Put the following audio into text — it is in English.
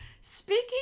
Speaking